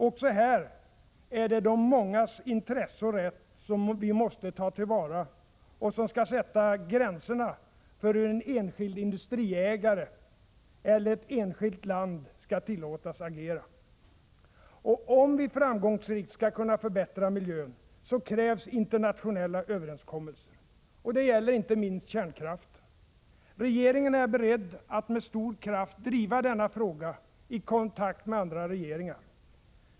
Också här är det de mångas intresse och rätt som vi måste ta till vara och som skall sätta gränserna för hur en enskild industriägare eller ett enskilt land skall tillåtas agera. Om vi framgångsrikt skall kunna förbättra miljön krävs internationella överenskommelser. Det gäller inte minst kärnkraften. Regeringen är beredd att med stor kraft driva denna fråga i kontakt med andra regeringar.